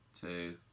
two